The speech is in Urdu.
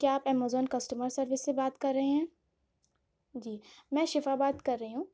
کیا آپ ایمیزون کسٹمر سروس سے بات کر رہے ہیں جی میں شفا بات کر رہی ہوں